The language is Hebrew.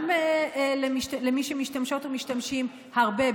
גם למי שמשתמשות ומשתמשים הרבה,